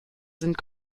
sind